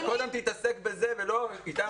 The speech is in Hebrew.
שקודם תתעסק בזה ולא איתנו,